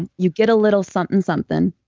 you get a little something something,